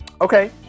okay